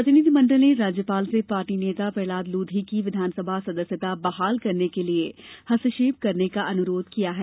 प्रतिनिधि मंडल ने राज्यपाल से पार्टी नेता प्रहलाद लोधी की विधानसभा सदस्यता बहाल करने के लिये हस्तक्षेप का अनुरोध किया है